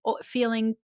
feeling